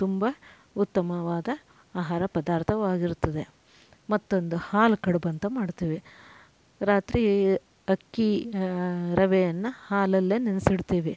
ತುಂಬ ಉತ್ತಮವಾದ ಆಹಾರ ಪದಾರ್ಥವಾಗಿರುತ್ತದೆ ಮತ್ತೊಂದು ಹಾಲು ಕಡ್ಬು ಅಂತ ಮಾಡ್ತೀವಿ ರಾತ್ರಿ ಅಕ್ಕಿ ರವೆಯನ್ನು ಹಾಲಲ್ಲಿ ನೆನೆಸಿ ಇಡ್ತೀವಿ